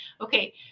Okay